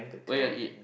where you are eat